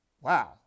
Wow